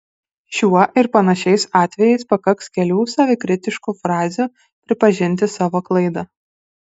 šiuo ir panašiais atvejais pakaks kelių savikritiškų frazių pripažinti savo klaidą